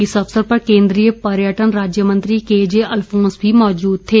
इस अवसर पर केन्द्रीय पर्यटन राज्य मंत्री केजे अल्फोंस भी मौजूद थे